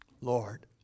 Lord